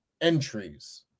entries